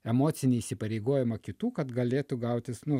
emocinį įsipareigojimą kitų kad galėtų gautis nu